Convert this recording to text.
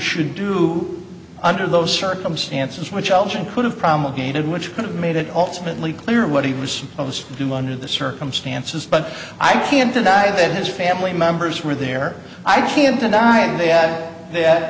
should do under those circumstances which elgin could have promulgated which could have made it ultimately clear what it was some of us do under the circumstances but i can't deny that his family members were there i can't deny that that